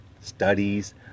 studies